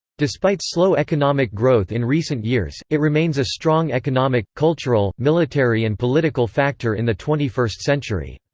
despite slow economic growth in recent years, it remains a strong economic, cultural, military and political factor in the twenty first century.